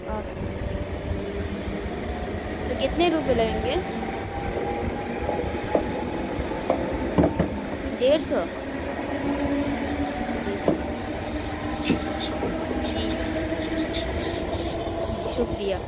of line sir کتنے روپے لگیں گے ڈیڑھ سو جی جی جی جی شکریہ